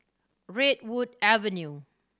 Redwood Avenue